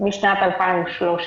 משנת 2013,